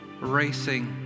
racing